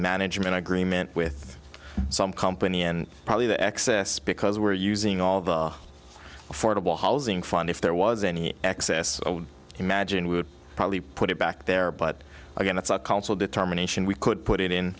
management agreement with some company and probably the excess because we're using all the affordable housing fund if there was any excess imagine we would probably put it back there but again it's a council determination we could put it in